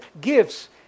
gifts